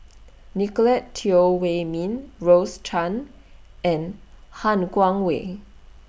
Nicolette Teo Wei Min Rose Chan and Han Guangwei